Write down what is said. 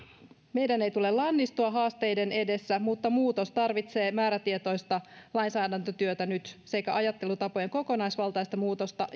meidän ei tule lannistua haasteiden edessä mutta muutos tarvitsee määrätietoista lainsäädäntötyötä nyt sekä ajattelutapojen kokonaisvaltaista muutosta